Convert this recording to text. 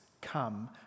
come